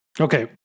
okay